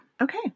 Okay